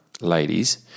ladies